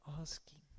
asking